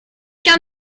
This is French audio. quant